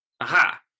Aha